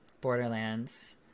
Borderlands